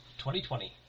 2020